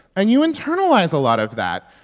and you internalize a lot of that.